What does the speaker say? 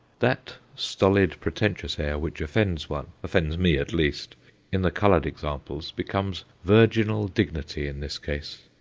that stolid pretentious air which offends one offends me, at least in the coloured examples, becomes virginal dignity in this case.